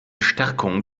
stärkung